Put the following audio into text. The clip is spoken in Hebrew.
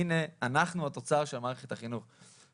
הינה אנחנו התוצר של מערכת החינוך.